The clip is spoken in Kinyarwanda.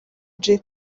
jay